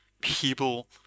People